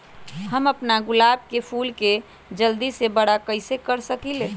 हम अपना गुलाब के फूल के जल्दी से बारा कईसे कर सकिंले?